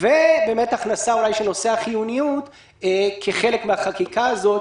והכנסה של נושא החיוניות כחלק מהחקיקה הזאת.